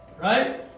right